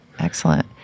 Excellent